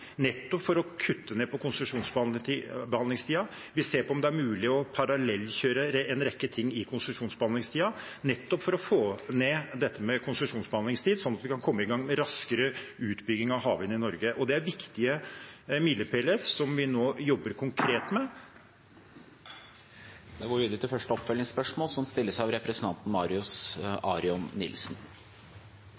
nettopp for å kutte ned på konsesjonsbehandlingstiden. Vi ser på om det er mulig å parallellkjøre en rekke ting i konsesjonsbehandlingstiden, nettopp for å få ned dette med konsesjonsbehandlingstid, sånn at vi kan komme i gang med raskere utbygging av havvind i Norge. Det er viktige milepæler som vi nå jobber konkret med. Marius Arion Nilsen – til oppfølgingsspørsmål.